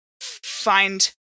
find